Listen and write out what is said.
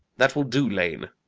that will do, lane,